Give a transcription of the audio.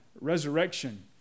resurrection